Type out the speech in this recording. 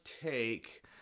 take